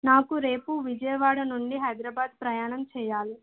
నాకు రేపు విజయవాడ నుండి హైదరాబాద్ ప్రయాణం చెయ్యాలి